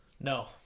No